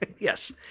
Yes